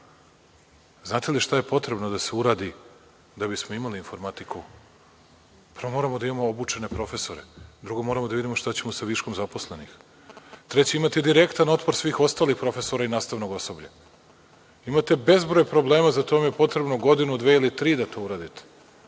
Znate li šta je potrebno da se uradi da bismo imali informatiku? Prvo moramo da imamo obučene profesore, drugo moramo da vidimo šta ćemo sa viškom zaposlenih. Treće imate direktan otpor svih ostalih profesora i nastavnog osoblja. Imate bezbroj problema, za to vam je potrebno godinu, dve ili tri da to uradite,